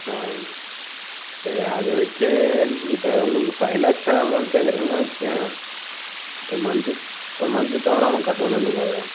ம் சரி அதை வைச்சே இப்போ உங்களுக்கு ஃபைவ் லேக்ஸ் அமௌண்ட் கேட்குறீங்கன்னா வச்சுக்கோங்க இப்போ மந்த்து மந்த்து தவறாமல் கட்டணும் நீங்கள் அதை